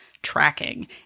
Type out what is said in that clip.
tracking